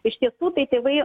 iš tiesų tai tėvai